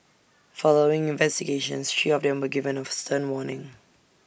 following investigations three of them were given A stern warning